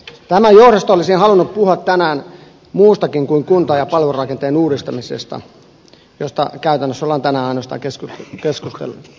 tämän johdosta olisin halunnut puhua tänään muustakin kuin kunta ja palvelurakenteen uudistamisesta josta käytännössä on tänään ainoastaan keskusteltu